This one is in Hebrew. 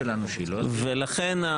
לכן,